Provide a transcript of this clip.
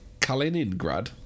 Kaliningrad